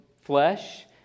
flesh